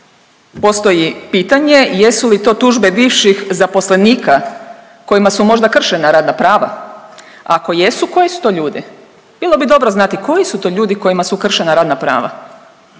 postoji pitanje, jesu li to tužbe bivših zaposlenika kojima su možda kršena radna prava, a ako jesu koji su to ljudi, bilo bi dobro znati koji su to ljudi kojima su kršena radna prava,